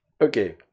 Okay